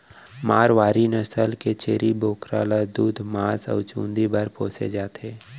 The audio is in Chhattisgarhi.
मारवारी नसल के छेरी बोकरा ल दूद, मांस अउ चूंदी बर पोसे जाथे